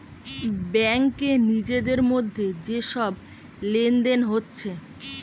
ব্যাংকে নিজেদের মধ্যে যে সব লেনদেন হচ্ছে